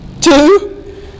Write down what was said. two